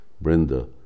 Brenda